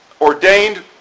ordained